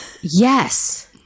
Yes